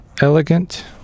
Elegant